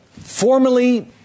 formally